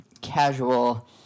casual